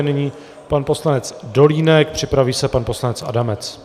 Nyní pan poslanec Dolínek, připraví se pan poslanec Adamec.